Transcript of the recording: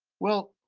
well,